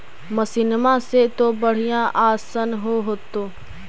मसिनमा से तो बढ़िया आसन हो होतो?